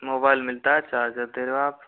mobile मिलता है charger दे रहे हो आप